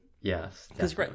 Yes